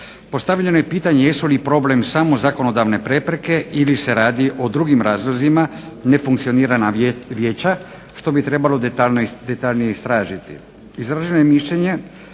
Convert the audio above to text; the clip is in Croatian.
Postavljeno je pitanje jesu li problem samo zakonodavne prepreke ili se radi o drugim razlozima nefunkcioniranja vijeća što bi trebalo detaljnije istražiti. Izraženo je mišljenje